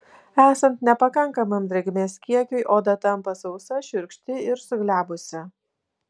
esant nepakankamam drėgmės kiekiui oda tampa sausa šiurkšti ir suglebusi